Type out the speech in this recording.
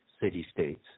city-states